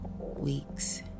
Weeks